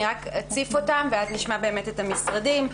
אני אציף אותן ונשמע את המשרדים.